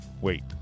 Wait